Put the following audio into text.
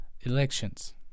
elections